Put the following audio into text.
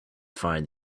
find